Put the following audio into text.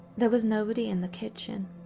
there was nobody in the kitchen.